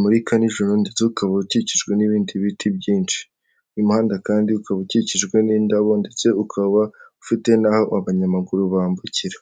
mugihe inkongi yaguteye utiteguye uramutse ugifite munzu cyagufasha cyangwa ahantu ukorera.